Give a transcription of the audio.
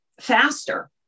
faster